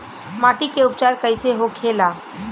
माटी के उपचार कैसे होखे ला?